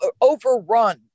overrun